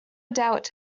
doubt